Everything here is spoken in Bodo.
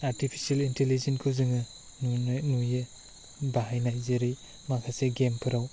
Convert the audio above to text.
आर्टिपिसियेल इन्टिलिजेन खौ जोङो नुयो बाहायनाय जेरै माखासे गेम फोराव